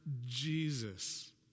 Jesus